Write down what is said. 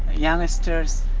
youngsters,